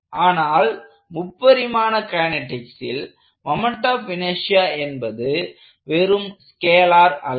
ஆனால் முப்பரிமாண கைனெடிக்சில் மொமெண்ட் ஆப் இனெர்ஷியா என்பது வெறும் ஸ்கேலார் அல்ல